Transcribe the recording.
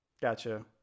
Gotcha